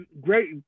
Great